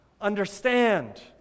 understand